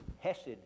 Hesed